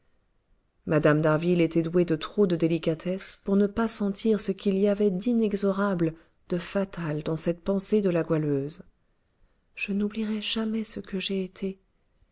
mme d'harville était douée de trop de délicatesse pour ne pas sentir ce qu'il y avait d'inexorable de fatal dans cette pensée de la goualeuse je n'oublierai jamais ce que j'ai été